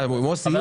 מוסי,